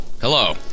Hello